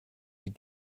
wie